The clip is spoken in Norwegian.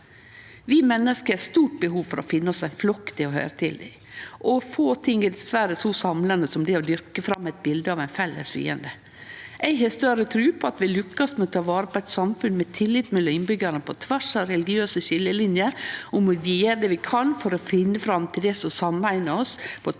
Vi menneske har eit stort behov for å finne oss ein flokk til å høyre til i, og få ting er dessverre så samlande som det å dyrke fram eit bilde av ein felles fiende. Eg har større tru på at vi lukkast med å ta vare på eit samfunn med tillit mellom innbyggjarane på tvers av religiøse skiljelinjer om vi gjer det vi kan for å finne fram til det som sameinar oss på